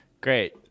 Great